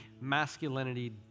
masculinity